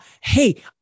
hey